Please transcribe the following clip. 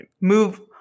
move